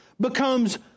becomes